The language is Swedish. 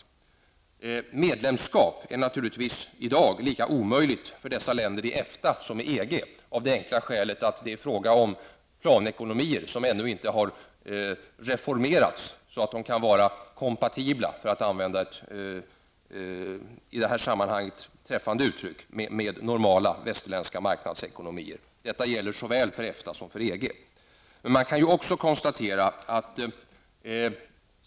Ett medlemskap såväl i EFTA som i EG är naturligtvis i dag lika omöjligt för dessa länder av det enkla skälet att det är fråga om planekonomier som ännu inte har reformerats till att vara kompatibla -- för att använda ett i det här sammanhanget träffande uttryck -- med normala västerländska marknadsekonomier. Detta gäller för både EFTA och EG.